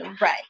Right